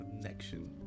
Connection